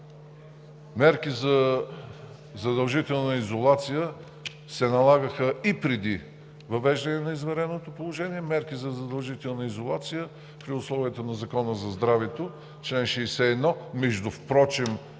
Мерки за задължителна изолация се налагаха и преди въвеждане на извънредното положение, мерки за задължителна изолация при условията на Закона за здравето, чл. 61. Впрочем